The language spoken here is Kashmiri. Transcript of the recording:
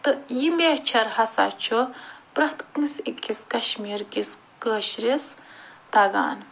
تہٕ یہِ میچھر ہسا چھُ پرٛیٚتھ کانٛسہِ أکِس کَشمیٖرکِس کٲشِرِس تگان